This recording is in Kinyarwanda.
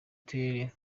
turere